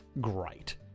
great